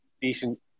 decent